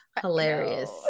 hilarious